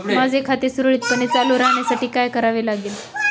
माझे खाते सुरळीतपणे चालू राहण्यासाठी काय करावे लागेल?